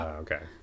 okay